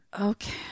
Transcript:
okay